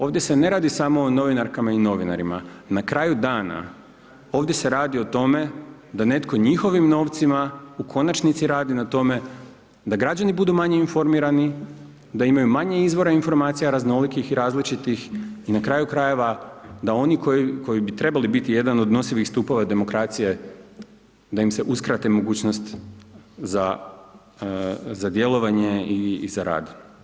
Ovdje se ne radi samo o novinarkama i novinarima, na kraju dana ovdje se radi o tome da netko njihovim novcima u konačnici radi na tome da građani budu manje informirani, da imaju manje izvora informacija raznolikih i različitih i na kraju krajeva, da oni koji bi trebali biti jedan od nosivih stupova demokracije, da im se uskrati mogućnost da djelovanje i za rad.